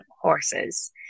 horses